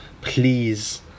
please